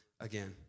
again